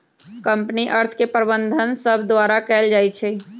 company अर्थ के प्रबंधन प्रबंधक सभ द्वारा कएल जाइ छइ